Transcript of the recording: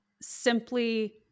simply